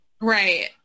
Right